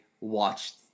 watched